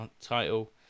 title